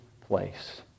place